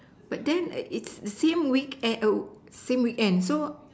but then it's same week same weekend so